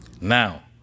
Now